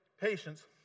patience